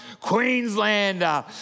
Queenslander